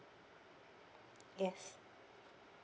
yes